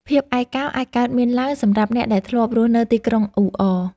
ភាពឯកោអាចកើតមានឡើងសម្រាប់អ្នកដែលធ្លាប់រស់នៅទីក្រុងអ៊ូអរ។